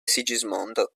sigismondo